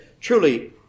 truly